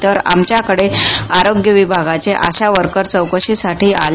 तर आमच्याकडे आरोग्य विभागाचे आशा वर्कर चौकशीसाठी आल्या